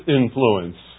influence